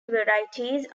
varieties